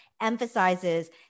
emphasizes